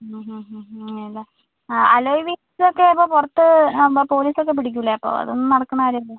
ഹ്മ് ഹ്മ് ഹ്മ് ഹ്മ് അങ്ങനെ അല്ലേ അലോയ് വീൽസ് ഒക്കെ ഇപ്പോൾ പുറത്ത് പോലീസ് ഒക്കെ പിടിക്കില്ലേ അപ്പോൾ അതൊന്നും നടക്കുന്ന കാര്യമല്ല